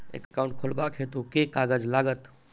Account खोलाबक हेतु केँ कागज लागत?